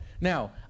Now